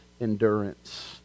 endurance